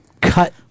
cut